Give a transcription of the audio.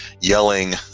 yelling